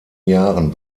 jahren